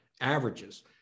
averages